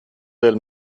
del